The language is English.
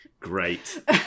great